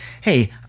hey